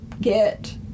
get